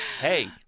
Hey